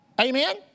Amen